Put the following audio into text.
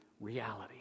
reality